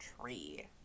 Tree